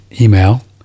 email